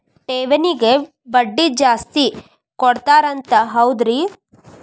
ಠೇವಣಿಗ ಬಡ್ಡಿ ಜಾಸ್ತಿ ಕೊಡ್ತಾರಂತ ಹೌದ್ರಿ?